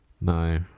No